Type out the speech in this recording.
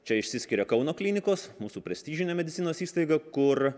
čia išsiskiria kauno klinikos mūsų prestižinė medicinos įstaiga kur